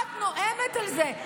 ואת נואמת על זה.